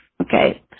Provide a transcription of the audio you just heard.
okay